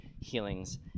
healings